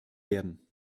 werden